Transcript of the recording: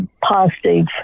positive